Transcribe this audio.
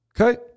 Okay